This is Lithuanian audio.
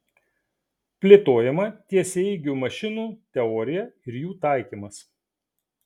plėtojama tiesiaeigių mašinų teorija ir jų taikymas